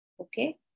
okay